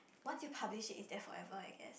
once you publish it it's there forever I guess